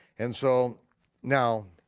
and so now,